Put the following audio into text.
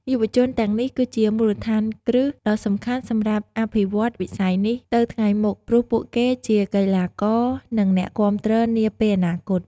យុវជនទាំងនេះគឺជាមូលដ្ឋានគ្រឹះដ៏សំខាន់សម្រាប់អភិវឌ្ឍន៍វិស័យនេះទៅថ្ងៃមុខ ព្រោះពួកគេជាកីឡាករ និងអ្នកគាំទ្រនាពេលអនាគត។